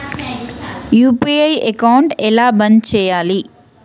UPI account ఎలా బంద్ చేయాలి?